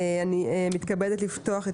אני מתכבדת לפתוח את